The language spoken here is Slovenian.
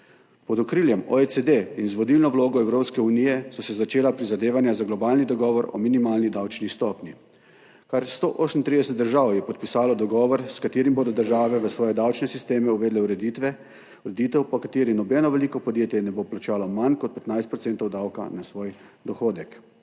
Pod okriljem OECD in z vodilno vlogo Evropske unije so se začela prizadevanja za globalni dogovor o minimalni davčni stopnji. Kar 138 držav je podpisalo dogovor, s katerim bodo države v svoje davčne sisteme uvedle ureditev, po kateri nobeno veliko podjetje ne bo plačalo manj kot 15 % davka na svoj dohodek.